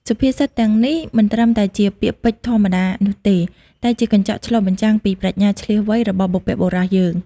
សុភាសិតទាំងនេះមិនត្រឹមតែជាពាក្យពេចន៍ធម្មតានោះទេ តែជាកញ្ចក់ឆ្លុះបញ្ចាំងពីប្រាជ្ញាឈ្លាសវៃរបស់បុព្វបុរសយើង។